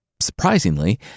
surprisingly